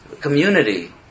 community